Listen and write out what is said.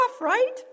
right